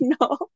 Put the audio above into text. no